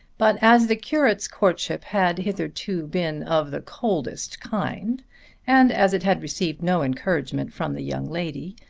but as the curate's courtship had hitherto been of the coldest kind and as it had received no encouragement from the young lady,